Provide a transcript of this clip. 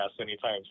anytime